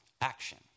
action